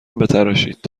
بتراشید